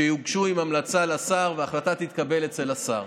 שיוגשו עם המלצה לשר, וההחלטה תתקבל אצל השר.